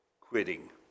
Quitting